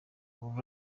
josh